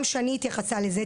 גם שני התייחסה לזה,